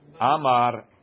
Amar